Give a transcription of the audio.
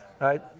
Right